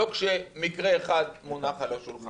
לא כשמקרה אחד מונח על השולחן.